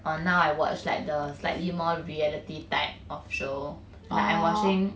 but now I watch like the slightly more reality type of show like I'm watching